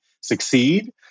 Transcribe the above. succeed